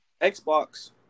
Xbox